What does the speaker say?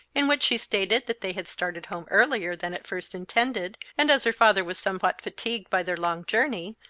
in which she stated that they had started home earlier than at first intended, and as her father was somewhat fatigued by their long journey,